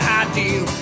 ideal